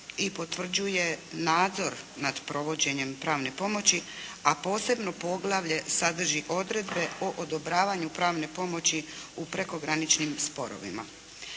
i potvrđuje nadzor nad provođenjem pravne pomoći, a posebno poglavlje sadrži odredbe o odobravanju pravne pomoći u prekograničnim sporovima.